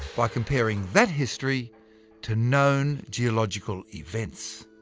by comparing that history to known geological events.